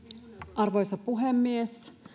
arvoisa puhemies